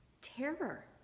terror